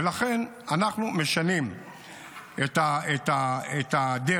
ולכן אנחנו משנים את הדרך,